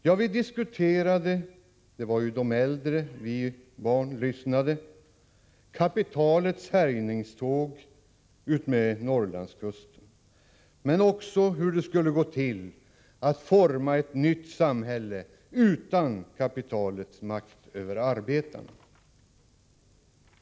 Jo, man diskuterade — de äldre diskuterade, vi barn lyssnade — kapitalets härjningståg längs Norrlandskusten men också hur det skulle gå till att forma ett nytt samhälle utan kapitalets makt över arbetarna.